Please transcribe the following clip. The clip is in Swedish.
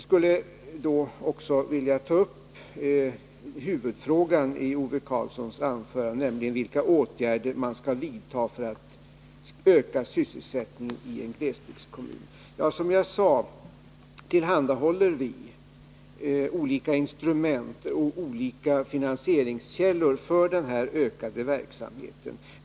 Så till huvudfrågan i Ove Karlssons anförande, nämligen vilka åtgärder man skall vidta för att öka sysselsättningen i en glesbygdskommun. Som jag sade tillhandhåller vi olika instrument och olika finansieringskällor för den här utökade verksamheten.